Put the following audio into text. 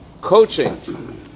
Coaching